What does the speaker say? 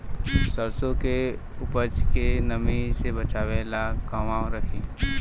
सरसों के उपज के नमी से बचावे ला कहवा रखी?